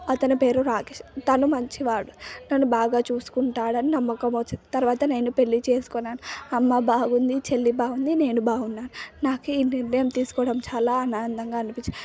అతని పేరు రాకేష్ తను మంచివాడు నను బాగా చూసుకుంటాడని నమ్మకం వచ్చింది తర్వాత నేను పెళ్ళి చేసుకున్నాను అమ్మా బాగుంటుంది చెల్లి బాగుంటుంది నేను బావున్నాను నాకు ఈ నిర్ణయం తీసుకోవడం చాలా ఆనందంగా అనిపించింది